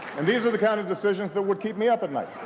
and these are the kind of decisions that would keep me up at night.